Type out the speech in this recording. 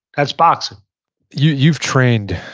that's boxing you've trained,